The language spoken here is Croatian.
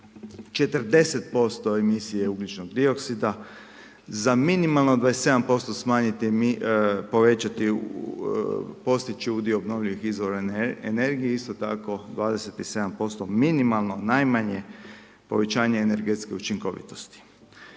40% emisije ugljičnog dioksida za minimalno 27% smanjen, povećati, postići udio obnovljivih izvora energije, isto tako 27% minimalno, najmanje povećanje energetske učinkovitosti.